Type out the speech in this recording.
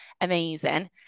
amazing